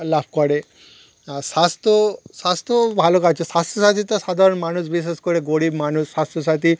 লাভ করে আর স্বাস্থ্য স্বাস্থ্যও ভালো কাজ হচ্ছে স্বাস্থ্যসাথী তো সাধারণ মানুষ বিশেষ করে গরিব মানুষ স্বাস্থ্যসাথী